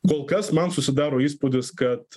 kol kas man susidaro įspūdis kad